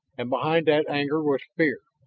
and behind that anger was fear,